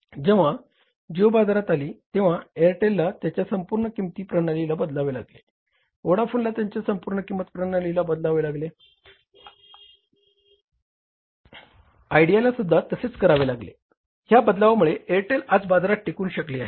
जेव्हा जिओ बाजारात आली तेंव्हा एअरटेलला त्यांच्या संपूर्ण किंमत प्रणालीला बदलावे लागले व्होडाफोनला त्यांच्या संपूर्ण किंमत प्रणालीला बदलावे लागले आयडियालासुद्धा तसेच करावे लागले ह्या बदलावामुळे एअरटेल आज बाजारात टिकू शकली आहे